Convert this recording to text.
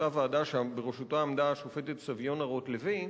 אותה ועדה שבראשותה עמדה השופטת סביונה רוטלוי.